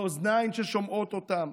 לאוזניים ששומעות אותם